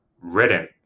written